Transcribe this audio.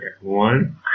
One